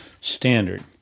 standard